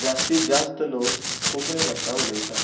जास्ती जास्त लोक कोंकणी भाशा उलयतात